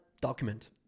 document